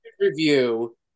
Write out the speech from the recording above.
review